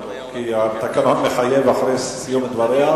כי התקנון מחייב, אחרי סיום דבריה.